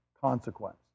consequence